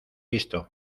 visto